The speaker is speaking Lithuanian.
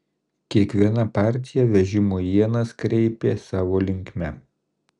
kiekviena partija vežimo ienas kreipė savo linkme